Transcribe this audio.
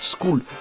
School